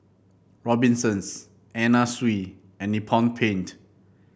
Robinsons Anna Sui and Nippon Paint